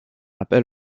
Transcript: appel